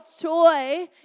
joy